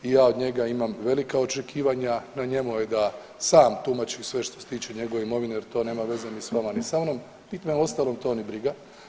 I ja od njega imam velika očekivanja, na njemu je da sam tumači sve što se tiče njegove imovine jer to nema veze ni s vama ni sa mnom, niti me uostalom to ni briga.